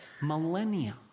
millennia